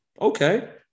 Okay